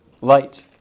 Light